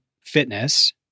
fitness